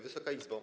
Wysoka Izbo!